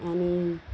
आणि